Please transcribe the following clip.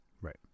Right